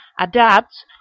adapts